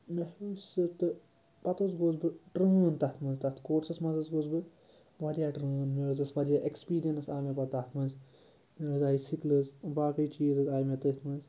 مےٚ ہیوٚچھ سُہ تہٕ پَتہٕ حظ گوس بہٕ ٹرٛٲن تَتھ مَنٛز تَتھ کورسَس منٛز حظ گوس بہٕ واریاہ ٹرٛٲن مےٚ حظ ٲس واریاہ اٮ۪کٕسپیٖریَنٕس آو مےٚ پَتہٕ تَتھ منٛز مےٚ حظ آے سِکلٕز باقٕے چیٖز حظ آے مےٚ تٔتھۍ منٛز